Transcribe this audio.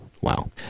Wow